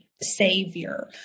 savior